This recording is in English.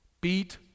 beat